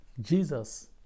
Jesus